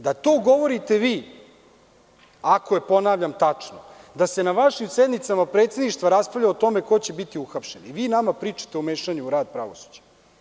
Da to govorite vi, ako je, ponavljam, tačno da se na vašim sednicama predsedništva raspravlja o tome ko će biti uhapšen i vi nama pričate o mešanju u rad pravosuđa.